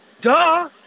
Duh